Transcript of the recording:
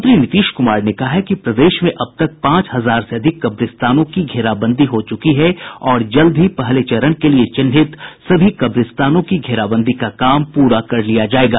मुख्यमंत्री नीतीश कुमार ने कहा है कि प्रदेश में अब तक पांच हजार से अधिक कब्रिस्तानों की घेराबंदी हो चुकी है और जल्द ही पहले चरण के लिये चिन्हित सभी कब्रिस्तानों की घेराबंदी का काम पूरा कर लिया जायेगा